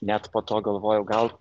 net po to galvojau gal